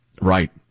Right